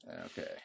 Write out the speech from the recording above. Okay